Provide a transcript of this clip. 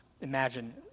imagine